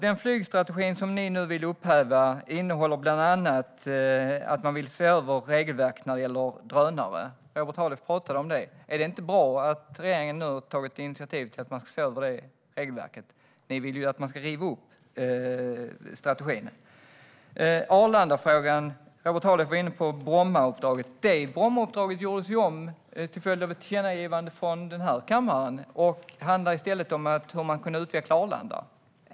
Den flygstrategi som ni nu vill upphäva innehåller bland annat att man vill se över regelverket för drönare. Robert Halef talade om det. Är det inte bra att regeringen har tagit initiativ till att se över det regelverket? Ni vill ju att man ska riva upp strategin. I Arlandafrågan var Robert Halef inne på Brommauppdraget. Det uppdraget gjordes ju om till följd av ett tillkännagivande från den här kammaren och handlar nu i stället om hur man ska kunna utveckla Arlanda.